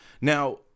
Now